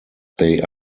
they